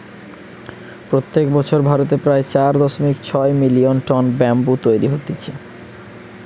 প্রত্যেক বছর ভারতে প্রায় চার দশমিক ছয় মিলিয়ন টন ব্যাম্বু তৈরী হতিছে